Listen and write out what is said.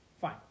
Fine